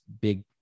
big